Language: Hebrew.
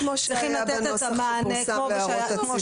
כמו שהיה בנוסח שפורסם להערות הציבור.